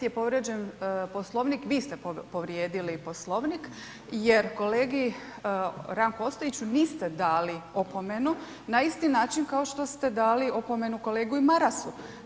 236. je povrijeđen Poslovnik, vi ste povrijedili Poslovnik jer kolegi Ranku Ostojiću niste dali opomenu na isti način kao što ste dali opomenu i kolegi Marasu.